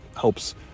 helps